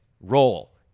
roll